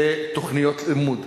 זה תוכניות לימוד,